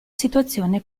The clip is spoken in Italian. situazione